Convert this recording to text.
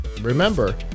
Remember